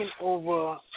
over